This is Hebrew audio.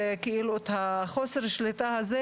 כאילו עצות זה אפשר כאילו לחשוב על זה,